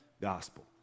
gospel